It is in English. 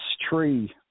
tree